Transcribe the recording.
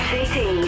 City